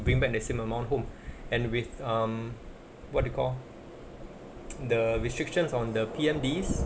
bring back the same amount home and with um what do you call the restrictions on the P_M_Ds